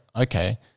okay